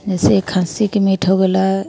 जइसे खस्सीके मीट हो गेलै